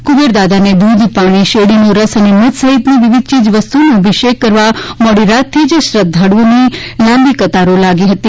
કુબેર દાદાને દુધ પાણી શેરડીનો રસ અને મધ સહિત વિવિધ ચીજ વસ્તુઓથી અભિષેક કરવા મોડી રાતથી જ શ્રદ્ધાળુઓની લાંબી કતારો લાગી હતી